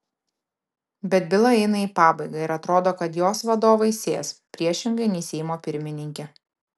bet byla eina į pabaigą ir atrodo kad jos vadovai sės priešingai nei seimo pirmininkė